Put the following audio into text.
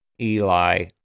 Eli